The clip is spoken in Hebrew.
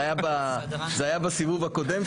זה היה בסיבוב הקודם,